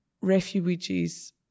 refugees